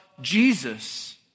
Jesus